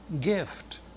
gift